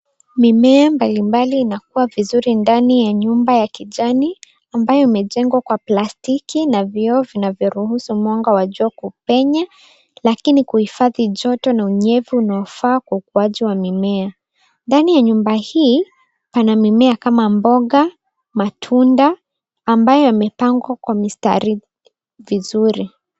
Mimea mbalimbali inakua vizuri ndani ya nyumba ya kijani, ambayo imejengwa kwa plastiki na vioo vinavyo ruhusu mwanga wa jua kupenya, lakini kuhifadhi joto na unyevu unaofaa kwa ukuaji wa mimea. Ndani ya nyumba hii, pana mimea kama mboga, matunda ambayo yamepangwa kwa mistari vizuri.